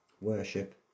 worship